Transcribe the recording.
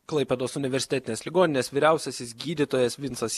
klaipėdos universitetinės ligoninės vyriausiasis gydytojas vincas